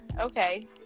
Okay